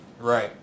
Right